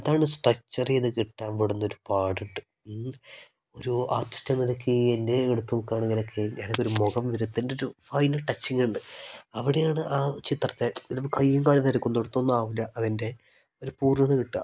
അതാണ് സ്ട്രക്ചർ ചെയ്ത് കിട്ടാൻ പെടുന്ന ഒരു പാടുണ്ട് ഒരു ആർട്ടിസ്റ്റ് എന്നിലക്ക് എൻ്റെ എടുത്ത് നോക്കുകയാണെങ്കിലൊക്കെ ഞാനൊരു മുഖം വരത്തിൻ്റെ ഒരു ഫൈൻ ടച്ചിങ് ഉണ്ട് അവിടെയാണ് ആ ചിത്രത്തെ ഇത് നമ്മൾ കയ്യും കാലും വരയ്ക്കുന്നയിടത്തൊന്നും ആവില്ല അതിൻ്റെ ഒരു പൂർണ്ണത കിട്ടുക